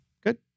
Good